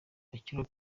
bakiriho